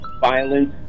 violence